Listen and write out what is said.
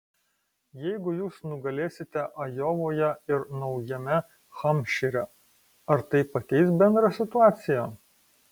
jeigu jūs nugalėsite ajovoje ir naujame hampšyre ar tai pakeis bendrą situaciją